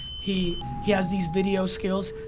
he he has these video skills,